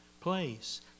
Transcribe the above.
place